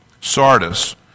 Sardis